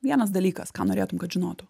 vienas dalykas ką norėtum kad žinotų